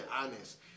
honest